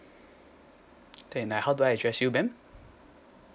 then how do I address you ma'am